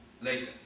later